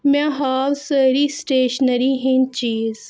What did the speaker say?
مےٚ ہاو سٲری سٕٹیشنٔری ہِنٛدۍ چیٖز